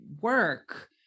work